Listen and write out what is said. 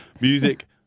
music